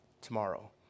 tomorrow